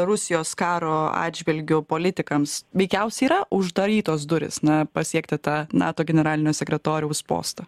rusijos karo atžvilgiu politikams veikiausiai yra uždarytos durys na pasiekti tą nato generalinio sekretoriaus postą